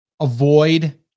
avoid